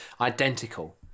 Identical